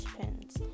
Pins